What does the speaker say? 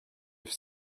have